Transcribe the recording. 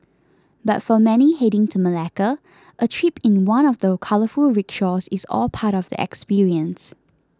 but for many heading to Malacca a trip in one of the colourful rickshaws is all part of the experience